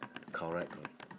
correct correct